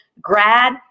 grad